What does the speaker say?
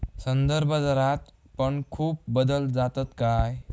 संदर्भदरात पण खूप बदल जातत काय?